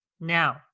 now